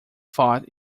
thought